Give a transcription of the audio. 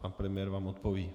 Pan premiér vám odpoví.